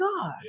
God